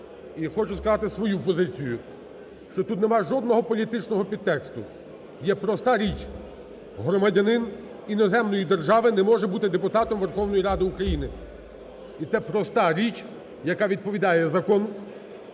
хочу сказати свою позицію, що тут немає жодного політичного підтексту, є проста річ: громадянин іноземної держави не може бути депутатом Верховної Ради України. І це проста річ, яка відповідає закону.